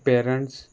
parents